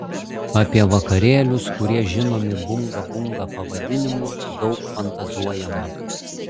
apie vakarėlius kurie žinomi bunga bunga pavadinimu daug fantazuojama